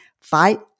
fight